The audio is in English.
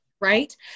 right